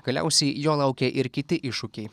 galiausiai jo laukia ir kiti iššūkiai